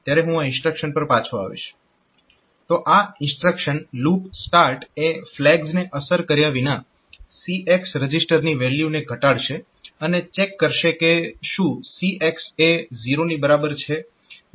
vતો આ instruction LOOP START એ flags ને અસર કર્યા વિના CX રજીસ્ટરની વેલ્યુને ઘટાડશે અને ચેક કરશે કે શું CX એ 0 ની બરાબર છે